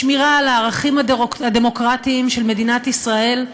לשמירה על הערכים הדמוקרטיים של מדינת ישראל: